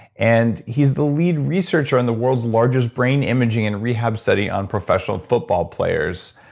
and he's the lead researcher on the world's largest brain imaging and rehab study on professional football players.